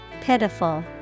Pitiful